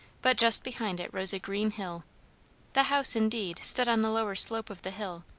but just behind it rose a green hill the house, indeed, stood on the lower slope of the hill,